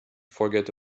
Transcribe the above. forget